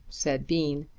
said bean.